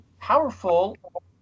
powerful